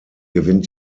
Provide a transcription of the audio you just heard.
gewinnt